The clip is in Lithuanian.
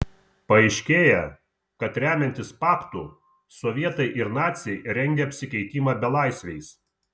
paaiškėja kad remiantis paktu sovietai ir naciai rengia apsikeitimą belaisviais